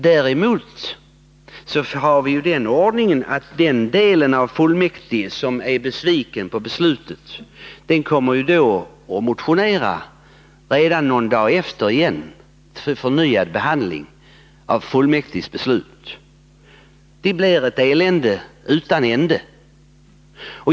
Däremot har vi den ordningen att den del av kommunfullmäktige som är besviken på beslutet kan motionera igen redan någon dag efter beslutet om förnyad behandling av fullmäktiges beslut. Det blir ett elände utan ände.